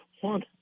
one